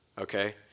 Okay